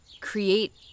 create